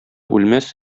үлмәс